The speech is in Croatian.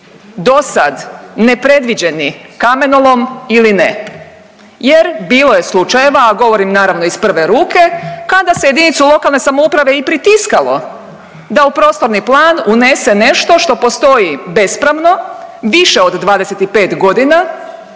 dosad nepredviđeni kamenolom ili ne jer bilo je slučajeva, a govorim naravno iz prve ruke kada se jedinicu lokalne samouprave i pritiskalo da u prostorni plan unese nešto što postoji bespravno više od 25 godina,